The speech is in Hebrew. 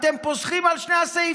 אתם פוסחים על שתי הסעיפים.